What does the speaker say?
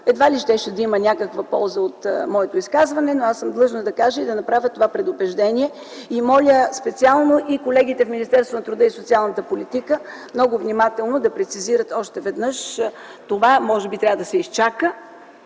Едва ли щеше да има някаква полза от моето изказване, но аз съм длъжна да кажа и да направя това предупреждение. Моля специално и колегите в Министерството на труда и социалната политика много внимателно да прецизират още веднъж това. Може би трябва да се изчака,